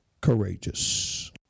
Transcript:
courageous